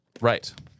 right